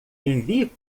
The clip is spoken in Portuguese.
envie